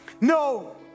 No